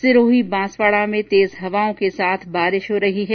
सिरोही बांसवाड़ा में तेज हवाओं के साथ बारिश हो रही है